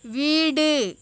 வீடு